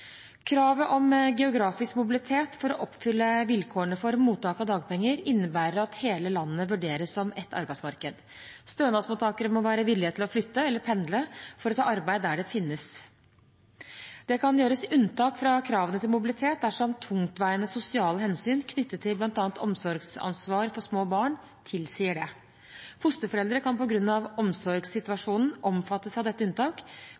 Kravet om geografisk mobilitet for å oppfylle vilkårene for mottak av dagpenger innebærer at hele landet vurderes som ett arbeidsmarked. Stønadsmottakere må være villige til å flytte eller pendle for å ta arbeid der det finnes. Det kan gjøres unntak fra kravene til mobilitet dersom tungtveiende sosiale hensyn knyttet til bl.a. omsorgsansvar for små barn, tilsier det. Fosterforeldre kan på grunn av omsorgssituasjonen omfattes av dette